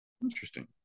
Interesting